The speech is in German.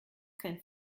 kein